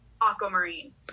Aquamarine